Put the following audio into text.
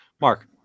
Mark